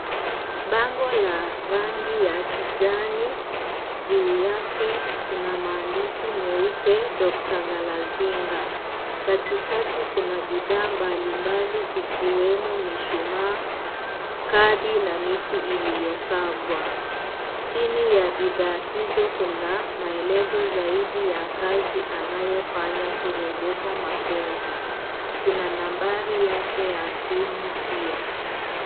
Bango la rangi ya kijani ,juu yake kuna maandishi meupe yake Dr. balazinga, katikati kuna bidhaa mbalimbali zikiwemo mishumaa, kadi na miti iliyoshagwa. Chini ya bidhaa hizo kuna maelezo zaidi ya kazi anayofanya kurejesha mapenzi kuna nambari yake ya simu pia.